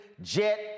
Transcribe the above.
Jet